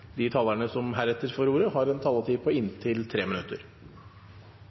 De talere som heretter får ordet, har en taletid på inntil 3 minutter.